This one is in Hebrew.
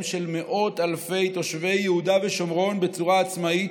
של מאות אלפי תושבי יהודה ושומרון בצורה עצמאית.